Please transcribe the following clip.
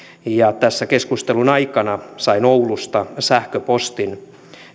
tässä keskustelun aikana sain oulusta sähköpostin